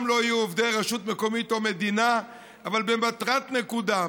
לא יהיו עובדי רשות מקומית או מדינה אבל במטרת נקודה,